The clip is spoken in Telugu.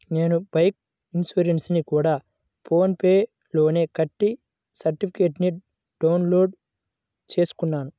నేను బైకు ఇన్సురెన్సుని గూడా ఫోన్ పే లోనే కట్టి సర్టిఫికేట్టుని డౌన్ లోడు చేసుకున్నాను